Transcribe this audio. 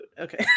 Okay